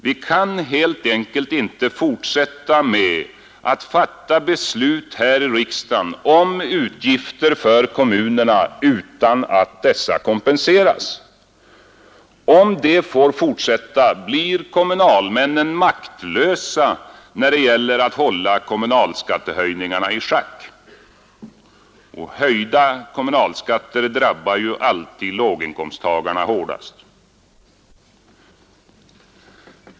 Vi kan helt enkelt inte fortsätta med att fatta beslut här i riksdagen om utgifter för kommunerna utan att dessa kompenseras. Om detta får fortsätta blir kommunalmännen maktlösa när det gäller att hålla kommunalskattehöjningarna i schack. Höjda kommunalskatter drabbar ju alltid låginkomsttagarna hårdast.